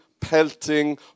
pelting